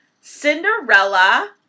Cinderella